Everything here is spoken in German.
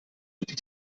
die